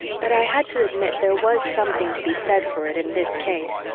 but i had to admit there was something to be said for it in this case,